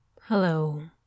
Hello